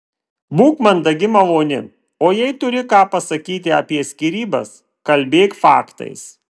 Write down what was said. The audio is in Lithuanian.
būk mandagi maloni o jei turi ką pasakyti apie skyrybas kalbėk faktais